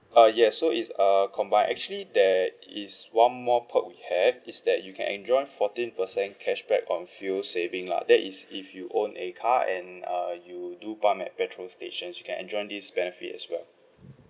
uh yes so it's uh combined actually there is one more perk we have is that you can enjoy fourteen per cent cashback on fuel saving lah that is if you own a car and uh you do pump at petrol stations you can enjoy this benefit as well